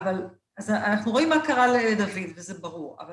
אבל אנחנו רואים מה קרה לדוד, וזה ברור.